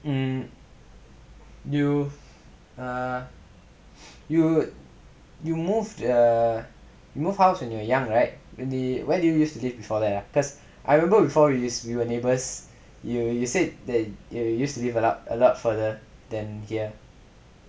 mm err you err you move the move house when you are young right where do you use to live before that ah because I remember before is we were neighbors you you said that you used to live a lot further than here